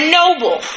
noble